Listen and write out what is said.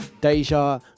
Deja